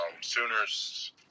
Sooners